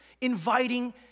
inviting